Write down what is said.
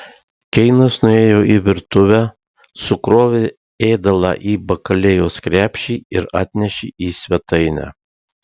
keinas nuėjo į virtuvę sukrovė ėdalą į bakalėjos krepšį ir atnešė į svetainę